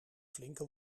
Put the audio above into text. flinke